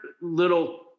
little